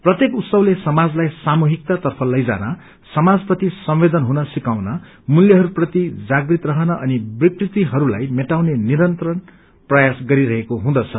प्रत्येक उत्सवले समाजलाई सामूहिक तर्फ लैजान समाजप्रति संवेदन हुन सत्रसिकाउन मूल्यहस्प्रति जागृत रहन अनि विकृतिहरूलाई मेटाउने निरन्तर प्रयास गरिरहेको हुँदछ